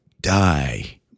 die